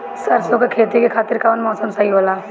सरसो के खेती के खातिर कवन मौसम सही होला?